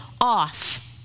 off